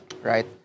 right